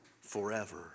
forever